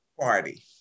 party